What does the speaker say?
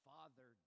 Father